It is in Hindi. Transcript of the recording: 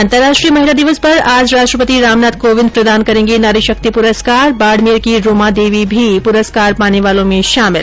अंतर्राष्ट्रीय महिला दिवस पर आज राष्ट्रपति रामनाथ कोविंद प्रदान करेंगे नारी शक्ति पुरस्कार बाडमेर की रूमा देवी भी पुरस्कार पाने वालों में शामिल